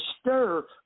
stir